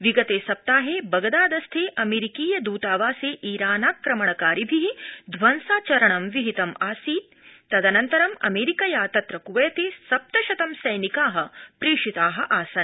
विगते सप्ताहे बगदादस्थे अमेरिकीय दूतावासे ईरानाक्रमणकारिभि ध्वंसाचरणं विहितमासीत् तदननतं अमेरिकादेशेन तत्र क्वैते सप्तशतं सैनिका प्रागेव सम्प्रेषिता आसन्